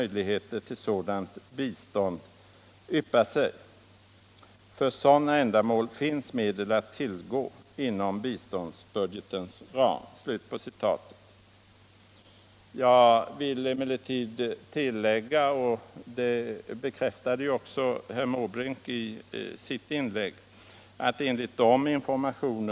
Jag vill samtidigt nämna att den lagliga regeringen i Östra Timor tack vare samarbete med regeringen i Mogambique har kunnat skicka studenter för att studera i Mogambique.